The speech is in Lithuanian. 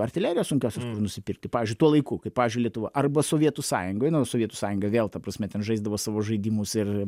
artilerijos sunkiosios nusipirkti pavyzdžiui tuo laiku kai pavyzdžiui lietuva arba sovietų sąjungoj nu sovietų sąjunga vėl ta prasme ten žaisdavo savo žaidimus ir